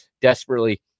Desperately